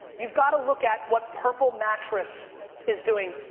you've gotta look at what purple mattress is doing.